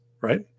right